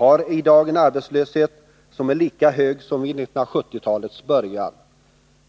Arbetslösheten är i dag lika hög som den var vid 1970-talets början.